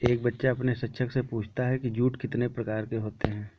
एक बच्चा अपने शिक्षक से पूछता है कि जूट कितने प्रकार के होते हैं?